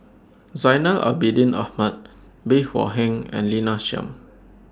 Zainal Abidin Ahmad Bey Hua Heng and Lina Chiam